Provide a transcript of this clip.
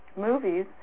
movies